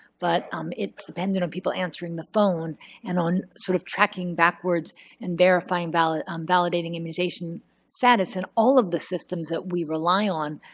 but um it's dependent on people answering the phone and on sort of tracking backwards and verifying, validating um validating immunization status. and all of the systems that we rely on,